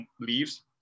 leaves